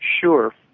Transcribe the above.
Sure